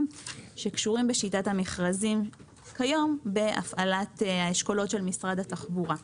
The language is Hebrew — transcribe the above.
שקשורים בשיטת המכרזים כיום בהפעלת האשכולות של משרד התחבורה.